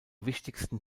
wichtigsten